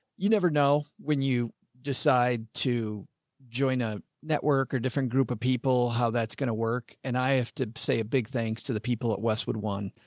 you never know when you decide to join a network or different group of people, how that's going to work. and i have to say a big thanks to the people at westwood one,